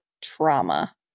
trauma